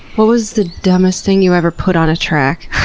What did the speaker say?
what was the dumbest thing you ever put on a track?